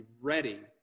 ready